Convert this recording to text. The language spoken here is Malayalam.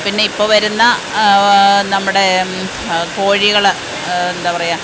പിന്നെ ഇപ്പോൾ വരുന്ന നമ്മുടെ കോഴികള് എന്താ പറയുക